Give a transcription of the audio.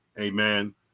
Amen